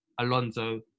Alonso